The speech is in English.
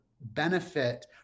benefit